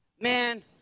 Man